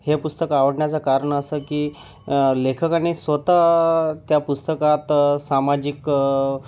हे पुस्तक आवडण्याचं कारण असं की लेखकाने स्वतः त्या पुस्तकात सामाजिक